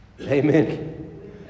Amen